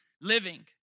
living